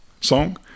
song